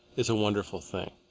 is a wonderful thing.